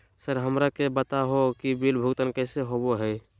Sir हमरा के बता हो कि बिल भुगतान कैसे होबो है?